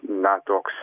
na toks